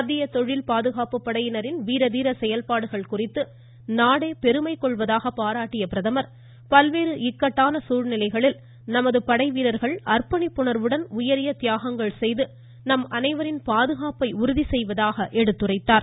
மத்திய தொழில் பாதுகாப்பு படையினரின் வீர தீர செயல்பாடுகள் குறித்து நாடே பெருமை கொள்வதாக பாராட்டிய பிரதமர் பல்வேறு இக்கட்டான சூழ்நிலைகளில் நமது படைவீரர்கள் அர்ப்பணிப்புணர்வுடன் உயரிய தியாகங்கள் செய்து நம் அனைவரின் பாதுகாப்பை உறுதி செய்வதாக எடுத்துரைத்தார்